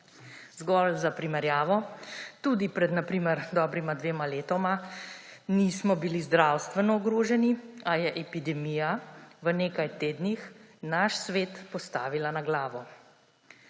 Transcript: Zgolj za primerjavo, tudi pred dobrima dvema letoma nismo bili zdravstveno ogroženi, a je epidemija v nekaj tednih naš svet postavila na glavo.